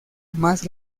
más